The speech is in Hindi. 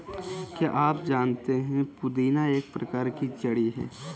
क्या आप जानते है पुदीना एक प्रकार की जड़ी है